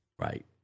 right